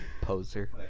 Poser